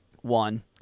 One